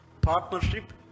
partnership